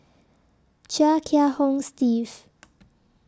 Chia Kiah Hong Steve